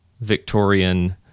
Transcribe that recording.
Victorian